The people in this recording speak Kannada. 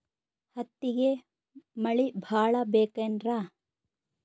ಹತ್ತಿಗೆ ಮಳಿ ಭಾಳ ಬೇಕೆನ್ರ?